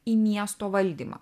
į miesto valdymą